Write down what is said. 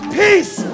peace